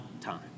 time